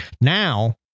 Now